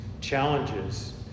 challenges